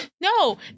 No